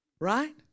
Right